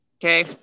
Okay